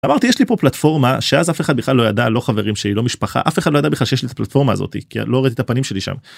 אמרתי יש לי פה פלטפורמה שאף אחד בכלל לא ידע לא חברים שלי משפחה אף אחד לא ידע בכלל שיש לי את הפלטפורמה הזאתי כי אני לא הראתי את הפנים שלי שם.